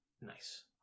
nice